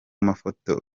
mafoto